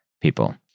people